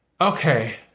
Okay